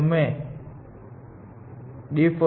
અમે જોવા માંગીએ છીએ કે આપણે જગ્યાઓ કેવી રીતે બચાવી શકીએ